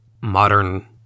modern